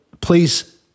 please